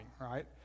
right